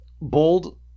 bold